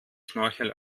schnorchel